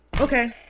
okay